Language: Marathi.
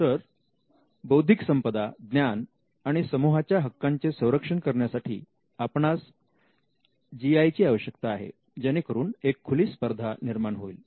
तर बौद्धिक संपदा ज्ञान आणि समुहाच्या हक्कांचे संरक्षण करण्यासाठी आपणास जी आय् ची आवश्यकता आहे जेणेकरून एक खुली स्पर्धा निर्माण होईल